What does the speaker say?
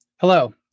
Hello